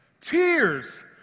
Tears